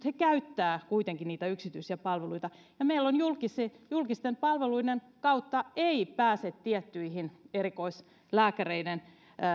he käyttävät kuitenkin niitä yksityisiä palveluita ja meillä julkisten palveluiden kautta ei pääse tiettyihin erikoislääkäreiden